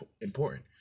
important